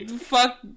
fuck